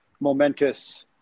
momentous